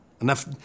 enough